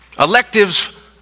electives